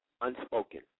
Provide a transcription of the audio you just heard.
Unspoken